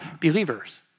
believers